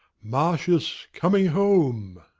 marcius coming home!